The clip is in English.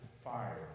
fire